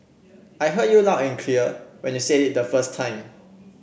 I heard you loud and clear when you said it the first time